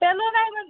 তেলো নাই মোৰ